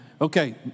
Okay